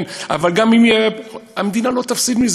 אבל המדינה לא תפסיד,